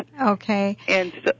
Okay